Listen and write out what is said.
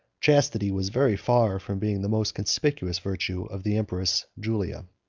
chastity was very far from being the most conspicuous virtue of the empress julia.